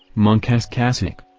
monk s cassock.